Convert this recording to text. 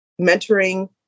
mentoring